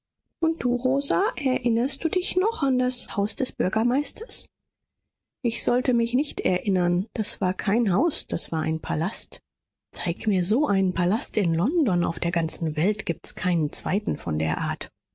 und du rosa erinnerst du dich noch an das haus des bürgermeisters ich sollte mich nicht erinnern das war kein haus das war ein palast zeig mir so einen palast in london auf der ganzen welt gibt's keinen zweiten von der art